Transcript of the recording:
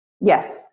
Yes